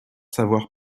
savoir